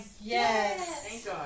Yes